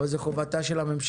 אבל זה חובתה של הממשלה,